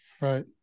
Right